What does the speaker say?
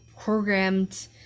programmed